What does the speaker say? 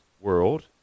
world